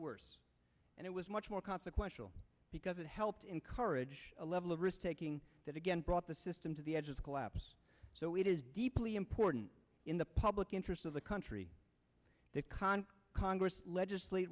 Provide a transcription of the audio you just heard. worse and it was much more consequential because it helped encourage a level of risk taking that again brought the system to the edge of collapse so it is deeply important in the public interest of the country that con congress legislate